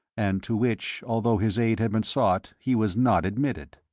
and to which, although his aid had been sought, he was not admitted.